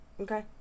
Okay